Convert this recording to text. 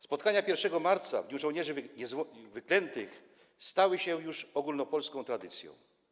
Spotkania 1 marca w dniu żołnierzy wyklętych stały się już ogólnopolską tradycją.